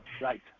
Right